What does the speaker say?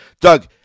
Doug